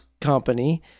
company